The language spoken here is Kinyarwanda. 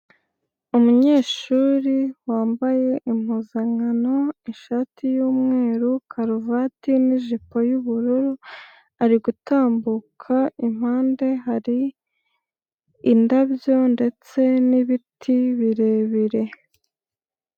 Umunyeshuri wambaye impuzankano, ishati y'umweru, karuvati n'ijipo y'ubururu, ari gutambuka, impande hari indabyo ndetse n'ibiti birebire.